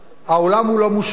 העולם הוא לא מושלם,